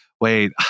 wait